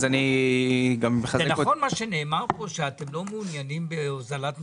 זה נכון מה שנאמר פה שאתם לא מעוניינים בהוזלת מחירים?